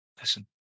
listen